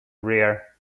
rear